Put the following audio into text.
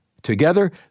Together